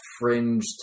fringe